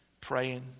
praying